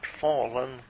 fallen